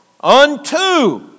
unto